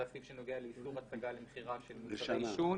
זה הסעיף שנוגע לאיסור הצגה למכירה של מוצרי עישון.